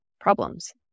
problems